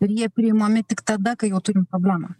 ir jie priimami tik tada kai jau turim problemą